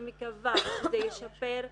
אני מקווה שזה ישפר,